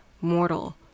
mortal